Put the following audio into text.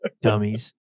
Dummies